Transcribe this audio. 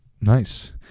nice